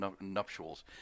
nuptials